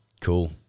Cool